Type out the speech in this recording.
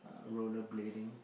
roller blading